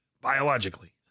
Biologically